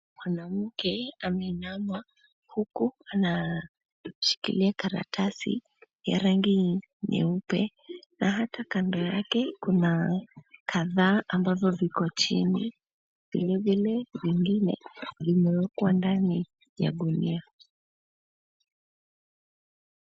Mwanamke ameinama huku anashikilia karatasi ya rangi nyeupe na hata kando yake kuna kadhaa ambazo ziko chini vilevile zingine zimewekwa ndani ya gunia